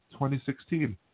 2016